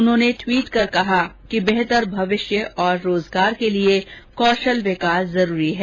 उन्होंने ट्वीट कर कहा बेहतर भविष्य और रोजगार के लिए कौशल विकास जरूरी है